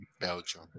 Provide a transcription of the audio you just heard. Belgium